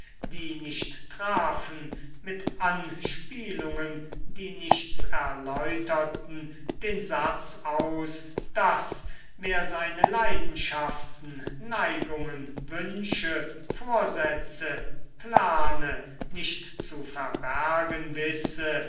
die nicht trafen mit anspielungen die nichts erläuterten den satz aus daß wer seine leidenschaften neigungen wünsche vorsätze plane nicht zu verbergen wisse